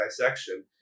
dissection